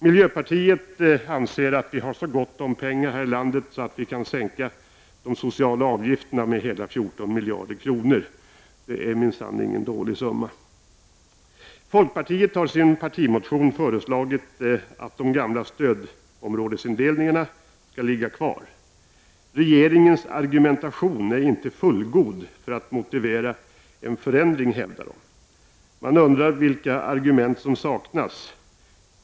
Miljöpartiet anser att vi har så pass gott om pengar här i landet att vi kan sänka de sociala avgifterna med hela 14 miljarder kronor. Det är minsann ingen dålig summa. Folkpartiet har i sin partimotion föreslagit att den gamla stödområdesindelningen skall ligga kvar. Regeringens argumentation är inte ”fullgod” för att motivera en förändring, hävdas det. Man undrar vilka argument som saknas.